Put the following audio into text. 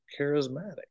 charismatic